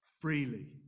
freely